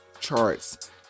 charts